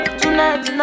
tonight